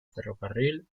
ferrocarril